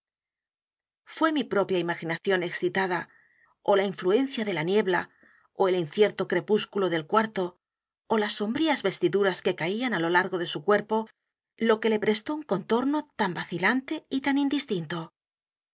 é mi propia imaginación excitada ó la influencia de la niebla ó el incierto crepúsculo del cuarto ó las sombrías vestiduras que caían á lo largo de su cuerpo lo que le prestó un contorno tan vacilante y tan indistinto